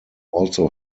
also